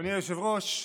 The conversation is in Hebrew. אדוני היושב-ראש,